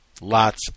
lots